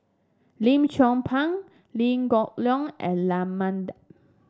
Lim Chong Pang Liew Geok Leong and Raman Daud